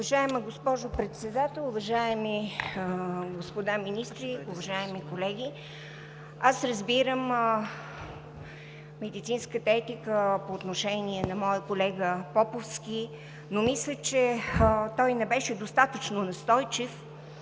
Уважаема госпожо Председател, уважаеми господа министри, уважаеми колеги! Разбирам медицинската етика по отношение на моя колега Поповски, но мисля, че той не беше достатъчно настойчив,